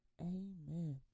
Amen